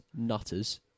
nutters